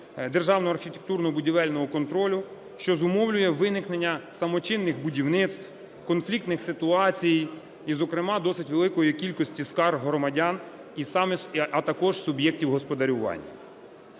державного архітектурно-будівельного контролю, що зумовлює виникнення самочинних будівництв, конфліктних ситуацій, і, зокрема, досить великої кількості скарг громадян, а також суб'єктів господарювання.